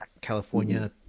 California